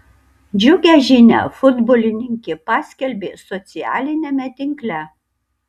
džiugią žinią futbolininkė paskelbė socialiniame tinkle